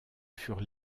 furent